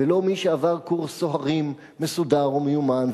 ולא מי שעבר קורס סוהרים מסודר או מיומן,